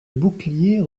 bouclier